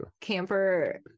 camper